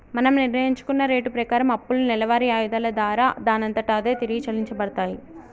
మనం నిర్ణయించుకున్న రేటు ప్రకారం అప్పులు నెలవారి ఆయిధాల దారా దానంతట అదే తిరిగి చెల్లించబడతాయి